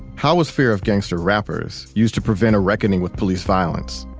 how was fear of gangsta rappers used to prevent a reckoning with police violence?